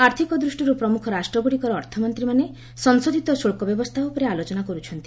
ଆର୍ଥିକ ଦୃଷ୍ଟିରୁ ପ୍ରମୁଖ ରାଷ୍ଟ୍ରଗୁଡ଼ିକର ଅର୍ଥମନ୍ତ୍ରୀମାନେ ସଂଶୋଧିତ ଶୁଳ୍କ ବ୍ୟବସ୍ଥା ଉପରେ ଆଲୋଚନା କରୁଛନ୍ତି